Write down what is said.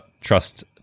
trust